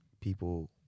people